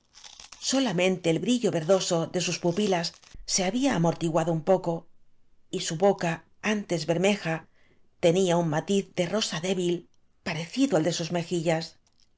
solamente el brillo verdoso de sus pupilas se había amortiguado un poco y su boca antes bermeja tonfa un matiz de rosa débil parecido al de sus mejillas